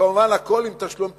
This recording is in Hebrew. כמובן, הכול עם תשלום פיצויים,